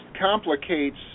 complicates